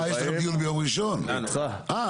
אה